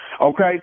okay